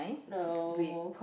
no